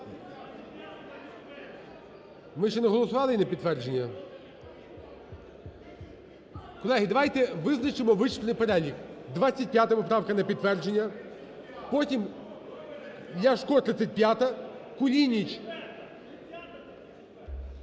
Ми ще не голосували її на підтвердження? Колеги, давайте визначимо вичерпний перелік: 25 поправка на підтвердження, потім Ляшко 35-а, Кулініч…